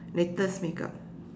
latest makeup